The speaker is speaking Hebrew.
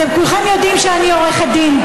אתם כולכם יודעים שאני עורכת דין,